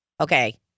okay